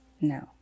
No